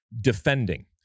defending